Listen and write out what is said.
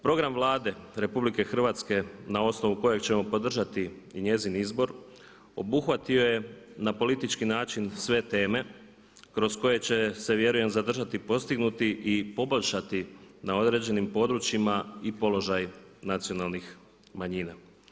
Program Vlade RH na osnovu kojeg ćemo podržati i njezin izbor obuhvatio je na politički način sve teme kroz koje će se vjerujem zadržati postignuti i poboljšati na određenim područjima i položaj nacionalnih manjina.